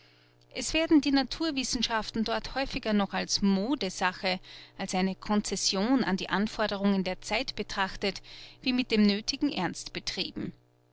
es werden die naturwissenschaften dort häufiger noch als modesache als eine concession an die anforderungen der zeit betrachtet wie mit dem nöthigen ernst betrieben